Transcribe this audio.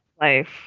life